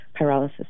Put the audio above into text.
pyrolysis